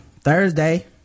Thursday